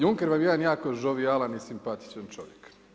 Juncker vam je jedan jako žovijalan i simpatičan čovjek.